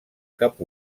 cap